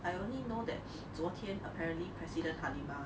I only know that 昨天 apparently president halimah